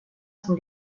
son